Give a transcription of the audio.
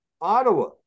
Ottawa